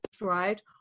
right